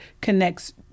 connects